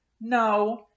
no